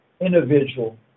individual